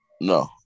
No